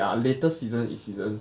their latest season is season